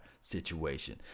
situation